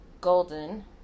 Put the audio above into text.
Golden